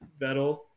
Vettel